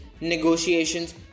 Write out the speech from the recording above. negotiations